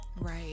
right